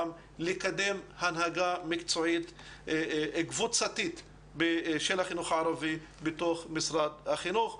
לקדם הנהגה מקצועית קבוצתית של החינוך הערבי בתוך משרד החינוך.